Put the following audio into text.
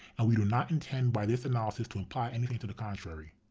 and we do not intend by this analysis to imply anything to the contrary.